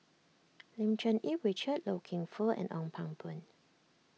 Lim Cherng Yih Richard Loy Keng Foo and Ong Pang Boon